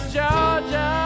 Georgia